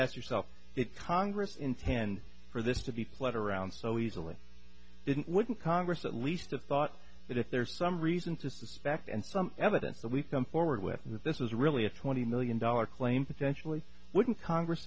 ask yourself did congress intend for this to be pled around so easily didn't wouldn't congress at least the thought that if there's some reason to suspect and some evidence that we've come forward with and that this is really a twenty million dollar claim potentially wouldn't congress